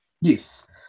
yes